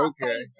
Okay